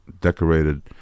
decorated